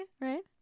right